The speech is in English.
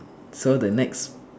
so the next